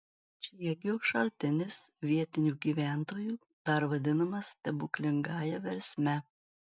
čiegio šaltinis vietinių gyventojų dar vadinamas stebuklingąja versme